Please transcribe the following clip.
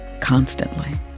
constantly